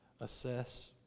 Assess